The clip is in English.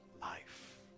life